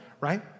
right